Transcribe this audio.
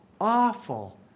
awful